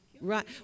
right